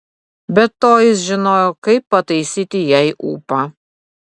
be to jis žinojo kaip pataisyti jai ūpą